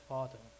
Father